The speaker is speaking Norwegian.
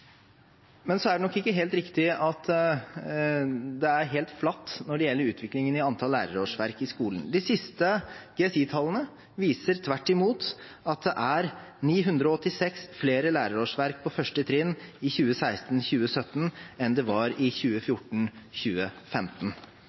Men så er det nok ikke helt riktig at det er helt flatt når det gjelder utviklingen i antall lærerårsverk i skolen. De siste GSI-tallene viser tvert imot at det er 986 flere lærerårsverk på første trinn i 2016–2017 enn det var i